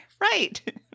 Right